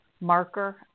marker